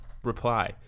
reply